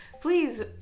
please